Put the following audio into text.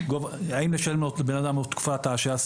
האם לשלם לאותו אדם בשכר בתקופה ההשעיה?